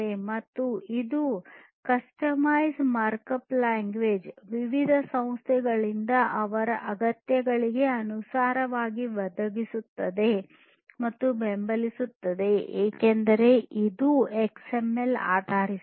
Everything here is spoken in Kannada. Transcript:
ಮತ್ತು ಇದು ಕಸ್ಟಮೈಸ್ ಮಾರ್ಕ್ಅಪ್ ಲ್ಯಾಂಗ್ವೇಜ್ ವಿವಿಧ ಸಂಸ್ಥೆಗಳಿಂದ ಅವರ ಅಗತ್ಯಗಳಿಗೆ ಅನುಗುಣವಾಗಿ ಒದಗಿಸುತ್ತದೆ ಮತ್ತು ಬೆಂಬಲಿಸುತ್ತದೆ ಏಕೆಂದರೆ ಇದು ಎಕ್ಸ್ಎಂಎಲ್ ಆಧಾರಿಸಿದೆ